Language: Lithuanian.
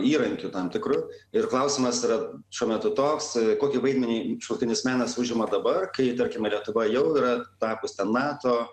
įrankiu tam tikru ir klausimas yra šiuo metu toks kokį vaidmenį šiuolaikinis menas užima dabar kai tarkime lietuva jau yra tapusi nato